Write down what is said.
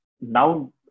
now